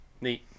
Neat